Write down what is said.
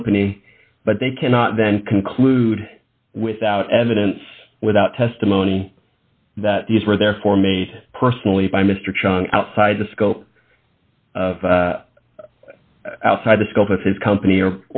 company but they cannot then conclude without evidence without testimony that these were there for me personally by mr chung outside the scope outside the scope of his company